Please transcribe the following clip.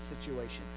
situation